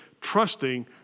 trusting